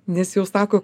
nes jau sako